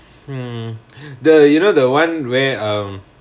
mm the you know the [one] where um